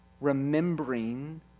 remembering